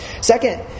Second